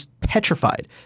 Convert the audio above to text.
petrified